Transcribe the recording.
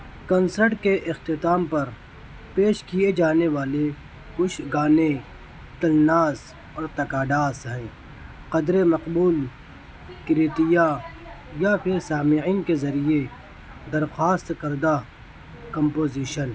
concert کے اختتام پر پیش کیے جانے والے کچھ گانے تلناس اور تکاڈاس ہیں قدرے مقبول کریتیاں یا پھر سامعین کے ذریعہ درخواست کردہ کمپوزیشن